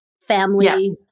family